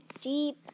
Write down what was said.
deep